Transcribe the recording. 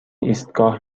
ایستگاه